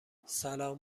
سلام